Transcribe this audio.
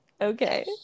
Okay